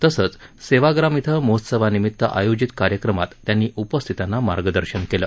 तसंच सेवाग्राम इथं महोत्सवानिमित आयोजित कार्यक्रमात त्यांनी उपस्थितांना मार्गदर्शन केलं